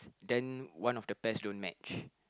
then one of the pairs don't match